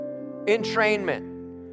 entrainment